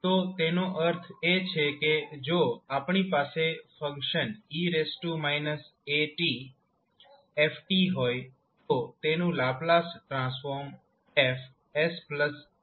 તો તેનો અર્થ એ છે કે જો આપણી પાસે ફંક્શન 𝑒−𝑎𝑡𝑓𝑡 હોય તો તેનું લાપ્લાસ ટ્રાન્સફોર્મ 𝐹𝑠𝑎 હશે